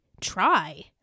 try